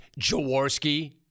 Jaworski